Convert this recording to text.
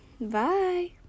Bye